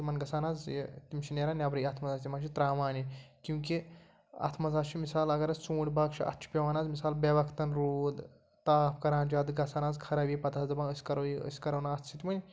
تِمَن گژھان حظ یہِ تِم چھِ نٮ۪ران نٮ۪برٕے اَتھ منٛز حظ تِم حظ چھِ ترٛاوان یہِ کیونکہِ اَتھ منٛز حظ چھِ مِثال اگر أسۍ ژوٗنٛٹھۍ باغ چھِ اَتھ چھِ پٮ۪وان حظ مِثال بےٚ وَقتَن روٗد تاپھ کَران زیادٕ گژھان حظ خَرٲبی پَتہٕ حظ دَپان أسۍ کَرو یہِ أسۍ کَرو نہٕ اَتھ سۭتۍ وۄنۍ